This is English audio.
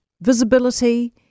Visibility